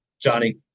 Johnny